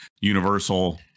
universal